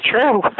true